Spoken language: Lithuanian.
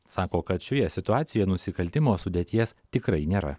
sako kad šioje situacijoje nusikaltimo sudėties tikrai nėra